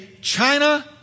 China